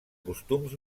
costums